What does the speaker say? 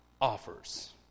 offers